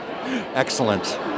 Excellent